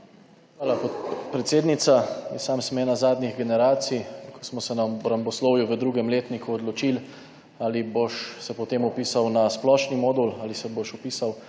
Hvala predsednica. Jaz sem [del] ene zadnjih generacij, ki smo se na obramboslovju v 2. letniku odločili, ali se boš potem vpisal na splošni modul ali se boš vpisal